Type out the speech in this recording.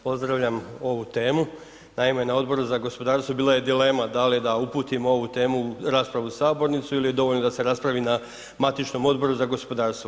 Evo pozdravljam ovu temu, naime, na Odboru za gospodarstvo bila je dilema da li da uputimo ovu temu u raspravu u sabornicu ili je dovoljno da se raspravi na matičnom Odboru za gospodarstvo.